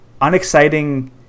unexciting